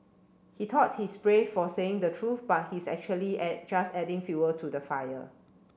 he thought he's brave for saying the truth but he's actually just adding fuel to the fire